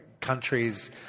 countries